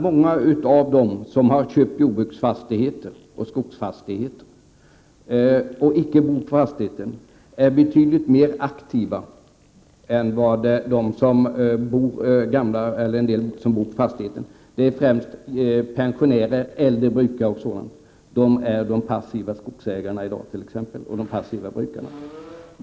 Många av dem som köpt jordbruksoch skogsfastigheter och icke bor på fastigheten är betydligt mer aktiva än vad t.ex. många gamla är som bor på sina fastigheter. Det är främst pensionärer och äldre brukare som i dag är de passiva skogsägarna och passiva brukarna.